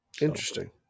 interesting